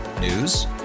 News